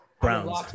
Browns